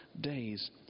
days